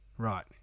Right